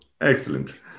Excellent